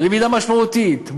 למידה משמעותית,